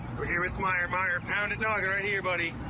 we're here with meyer. meyer, pound it. noggin. right here, buddy.